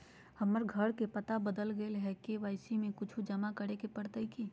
हमर घर के पता बदल गेलई हई, के.वाई.सी में कुछ जमा करे पड़तई की?